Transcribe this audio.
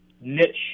niche